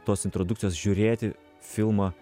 tos introdukcijos žiūrėti filmą